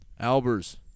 Albers